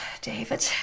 David